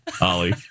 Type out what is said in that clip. Ollie